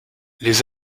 les